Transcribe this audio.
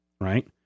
right